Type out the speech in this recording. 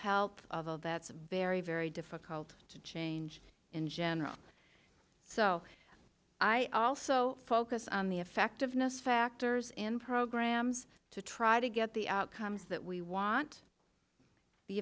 all that's very very difficult to change in general so i also focus on the effectiveness factors in programs to try to get the outcomes that we want the